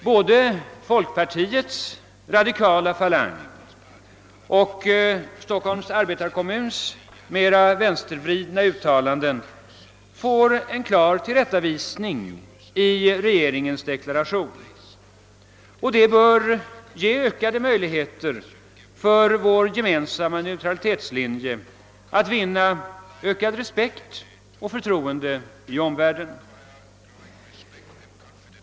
Både folkpartiets radikala falang och Stockholms arbetarkommuns mera vänstervridna uttalanden får en klar tillrättavisning i regeringens deklaration. Detta bör ge större möjligheter för vår gemensamma neutralitetslinje att vinna ökad respekt och ökat förtroende i omvärlden.